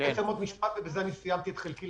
--- עוד משפט ובזה אני אסיים את חלקי.